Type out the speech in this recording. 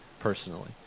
personally